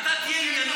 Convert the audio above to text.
אתה תהיה ענייני.